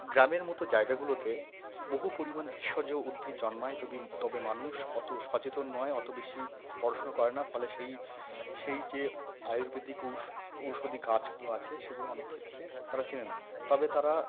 গ্রামের মতো জায়গাগুলোতে বহু পরিমাণ ভেষজ উদ্ভিদ জন্মায় তবে তবে মানুষ অত সচেতন নয় অত বেশি পড়াশুনো করে না ফলে সেই সেই যে আয়ুর্বেদিক ঔষধি গাছগুলো আছে সেগুলো অনেক ক্ষেত্রে তারা চেনে না তবে তারা